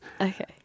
Okay